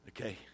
Okay